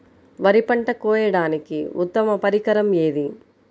వరి పంట కోయడానికి ఉత్తమ పరికరం ఏది?